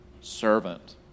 servant